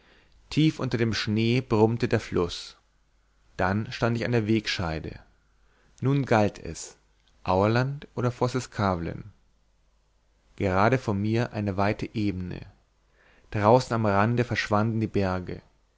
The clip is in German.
tief unter dem schnee brummte der fluß dann stand ich an der wegscheide nun galt es aurland oder vosseskavlen gerade vor mir eine weite ebene draußen am rande verschwanden die berge